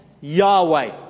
Yahweh